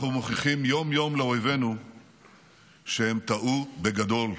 אנחנו מוכיחים יום-יום לאויבינו שהם טעו בגדול.